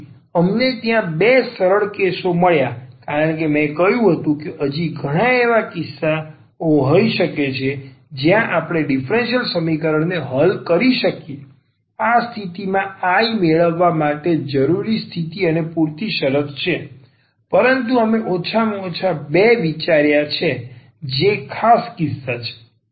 તેથી અમને ત્યાં આ બે સરળ કેસો મળ્યાં કારણ કે મેં કહ્યું હતું કે હજી ઘણા એવા કિસ્સાઓ હોઈ શકે છે કે જ્યાં આપણે આ ડીફરન્સીયલ સમીકરણને હલ કરી શકીએ આ સ્થિતિમાં I મેળવવા માટે આ જરૂરી સ્થિતિ અને પૂરતી શરત છે પરંતુ અમે ઓછામાં ઓછા આ બે વિચાર્યા છે જે ખાસ કિસ્સા છે